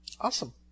Awesome